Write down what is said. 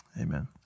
Amen